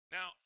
Now